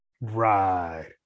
Right